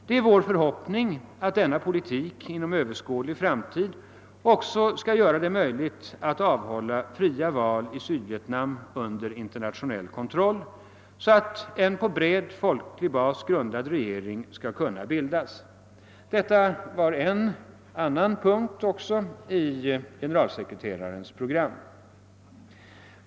Det är vår förhoppning, att denna politik inom överskådlig framtid också skall göra det möjligt att avhålla fria val i Sydvietnam under internationell kontroll, så att en på bred folklig bas grundad regering skall kunna bildas. Detta var en annan av punkterna i generalsekreterare U Thants program.